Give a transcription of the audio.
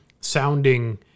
sounding